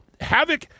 Havoc